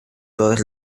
todas